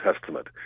testament